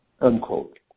Unquote